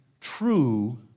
true